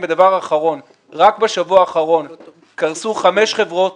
ודבר אחרון רק בשבוע האחרון קרסו חמש חברות